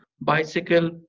bicycle